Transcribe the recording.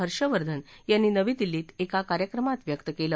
हर्षवर्धन यांनी नवी दिल्लीत एका कार्यक्रमात व्यक्त केलं